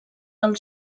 del